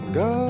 go